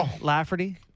Lafferty